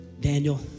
Daniel